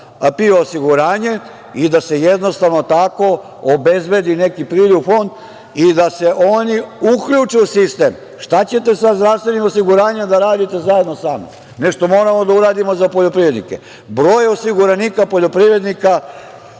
PIO osiguranje i da se jednostavno tako obezbedi neki priliv u Fond i da se oni uključe u sistem. Šta ćete sa zdravstvenim osiguranjem da uradite? Nešto moramo da uradimo za poljoprivrednike. Broj osiguranika poljoprivrednika,